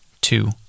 two